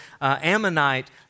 Ammonite